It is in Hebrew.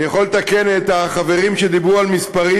אני יכול לתקן את החברים שדיברו על מספרים,